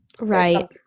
right